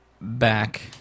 back